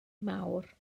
mawr